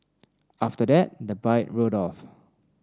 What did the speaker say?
after that the bike rode off